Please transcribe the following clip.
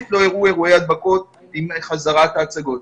לא אירעו אירועי הדבקות עם חזרת ההצגות.